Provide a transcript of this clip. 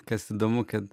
kas įdomu kad